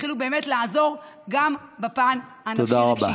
ויתחילו לעזור גם בפן הרגשי.